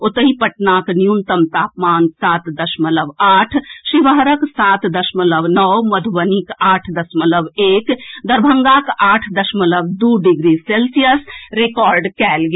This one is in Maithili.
ओतहि पटनाक न्यूनतम तापमान सात दशमलव आठ शिवहरक सात दशमलव नओ मधुबनीक आठ दशमलव एक आ दरभंगाक आठ दशमलव दू डिग्री सेल्सियस रिकॉर्ड कएल गेल